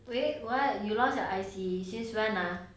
wait what you lost your I_C since when ah